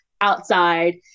outside